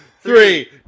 three